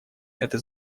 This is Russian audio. это